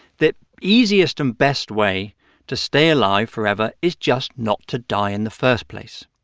the easiest and best way to stay alive forever is just not to die in the first place.